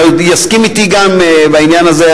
ויסכים אתי בעניין הזה,